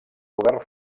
govern